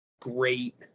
great